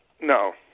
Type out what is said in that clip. No